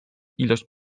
ilość